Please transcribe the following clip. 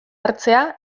hartzea